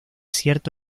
cierto